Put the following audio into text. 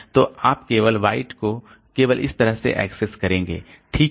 तो आप अगले बाइट को केवल इस तरह से एक्सेस करेंगे ठीक है